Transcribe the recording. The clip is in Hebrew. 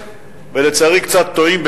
ולצערי קצת תועים,